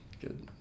good